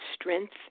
strength